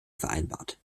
vereinbart